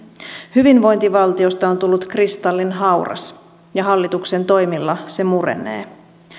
hyvinvointivaltiosta on tullut kristallinhauras ja hallituksen toimilla se murenee